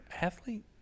Athlete